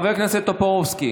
חבר הכנסת טופורובסקי,